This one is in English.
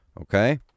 Okay